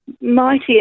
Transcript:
mighty